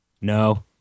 No